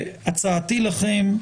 והצעתי לכם,